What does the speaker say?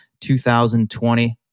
2020